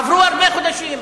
עברו הרבה חודשים.